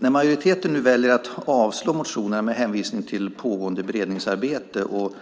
När majoriteten väljer att avslå motionerna med hänvisning till pågående beredningsarbete och